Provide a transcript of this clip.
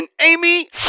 Amy